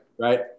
Right